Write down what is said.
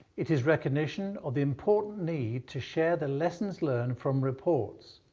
it is recognition of the important need to share the lessons learned from reports,